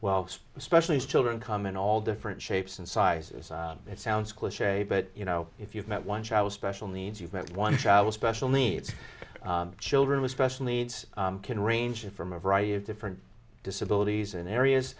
well especially as children come in all different shapes and sizes it sounds cliche but you know if you've met once i was special needs you've met one child with special needs children with special needs can range from a variety of different disabilities in areas